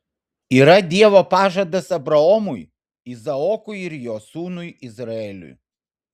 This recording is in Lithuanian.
yra dievo pažadas abraomui izaokui ir jo sūnui izraeliui